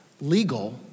legal